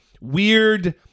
weird